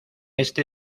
este